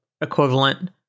equivalent